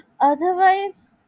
Otherwise